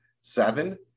seven